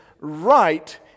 right